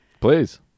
Please